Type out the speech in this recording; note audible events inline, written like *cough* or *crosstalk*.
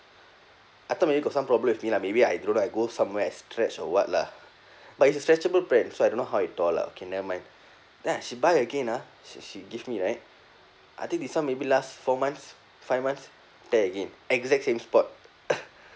I thought maybe got some problem with me lah maybe I don't know I go somewhere and stretch or what lah but it's a stretchable pant so I don't know how it tore lah okay never mind then ah she buy again ah she she give me right I think this one maybe last four months five months tear again exact same spot *laughs*